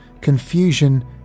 confusion